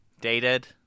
dated